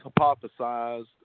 hypothesized